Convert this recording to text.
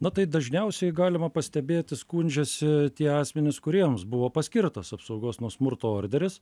na tai dažniausiai galima pastebėti skundžiasi tie asmenys kuriems buvo paskirtas apsaugos nuo smurto orderis